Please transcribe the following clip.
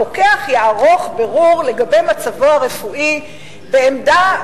הרוקח יערוך בירור לגבי מצבו הרפואי בעמדה,